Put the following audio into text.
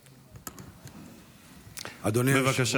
בבקשה.